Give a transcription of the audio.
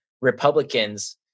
Republicans